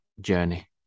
journey